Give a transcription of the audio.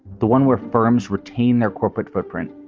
the one where firms retain their corporate footprint,